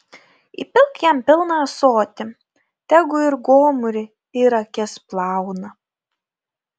įpilk jam pilną ąsotį tegu ir gomurį ir akis plauna